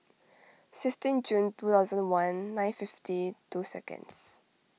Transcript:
sixteen June two thousand and one nine fifty two seconds